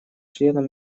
членом